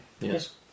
Yes